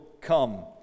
come